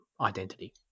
Identity